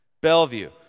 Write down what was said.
Bellevue